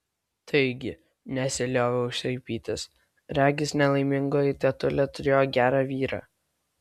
taigi nesilioviau šaipytis regis nelaimingoji tetulė turėjo gerą vyrą